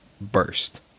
burst